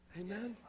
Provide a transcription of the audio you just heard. Amen